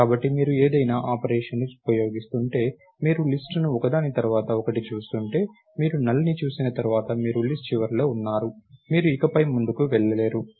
కాబట్టి మీరు ఏదైనా ఆపరేషన్ని ఉపయోగిస్తుంటే మీరు లిస్ట్ ను ఒకదాని తర్వాత ఒకటిగా చూస్తుంటే మీరు NULL ని చూసిన తర్వాత మీరు లిస్ట్ చివరలో ఉన్నారు మీరు ఇకపై ముందుకు వెళ్లలేరు